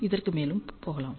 இதற்கு மேலும் போகலாம்